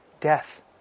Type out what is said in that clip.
death